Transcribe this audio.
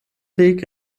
weg